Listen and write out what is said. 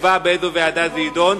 שתקבע באיזו ועדה הוא יידון.